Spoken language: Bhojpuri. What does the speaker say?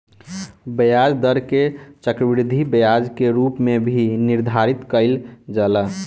ब्याज दर के चक्रवृद्धि ब्याज के रूप में भी निर्धारित कईल जाला